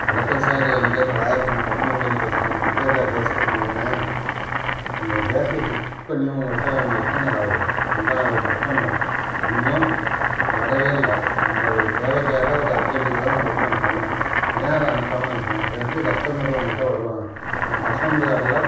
வணக்கம் சார் என் பேர் ராயப்பன் கடம்பங்குடியில இருந்து பேசுகிறேன் சுஜாதா கேஸ் கம்பெனி தானே அங்கே கேஸு ஃபுக் பண்ணி உங்ககிட்ட எத்தனை நாள் ஆகுது முந்தாநாள் புக் பண்ணேன் இன்னும் வரவே இல்லை நான் ஒரு தேவைக்காக ஒரு அர்ஜென்டுக்கு தான் உங்ககிட்ட நான் பண்ணேன் ஏன் அதை அனுப்பாமல் இருக்கீங்கள் அப்புறம் எப்படி கஸ்டமரு உங்ககிட்ட வருவாங்கள் நான் கஸ்டமர் கேர்ல